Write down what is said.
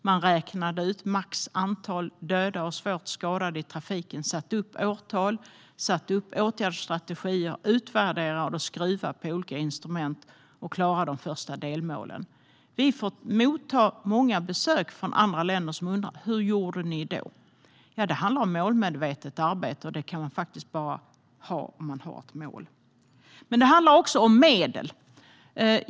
Man räknade på det maximala antalet döda och svårt skadade i trafiken, satte upp årtal och åtgärdsstrategier, utvärderade och skruvade på olika instrument, och man klarade de första delmålen. Vi får här i Sverige motta många besök från andra länder. De undrar hur vi har gjort. Det handlar om målmedvetet arbete, och det fungerar bara med ett mål. Det handlar också om medel.